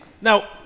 Now